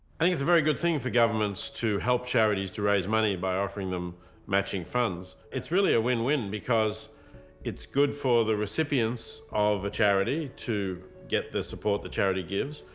and it's a very good thing for governments to help charities to raise money by offering them matching funds. it's really a win-win because it's good for the recipients of a charity to get the support the charity gives,